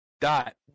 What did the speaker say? Dot